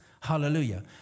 Hallelujah